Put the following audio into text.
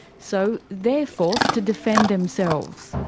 so they're forced to defend themselves.